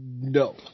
no